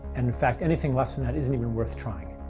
and, in fact, anything less than that isn't even worth trying.